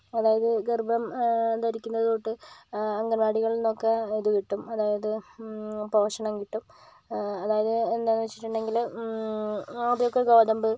അതായത് ഗർഭം ധരിക്കുന്നത് തൊട്ട് അംഗൻ വാടികളിൽ നിന്നൊക്കെ ഇത് കിട്ടും അതായത് പോഷണം കിട്ടും അതായത് എന്താന്ന് വെച്ചിട്ടുണ്ടെങ്കില് ആദ്യം ഒക്കെ ഗോതമ്പ്